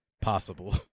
possible